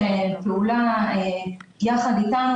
אנחנו עובדים על תכנית פעולה נרחבת יחד עם שר האוצר,